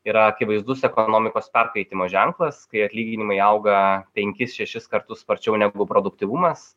yra akivaizdus ekonomikos perkaitimo ženklas kai atlyginimai auga penkis šešis kartus sparčiau negu produktyvumas